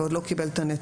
ועוד לא קיבל את הנתונים,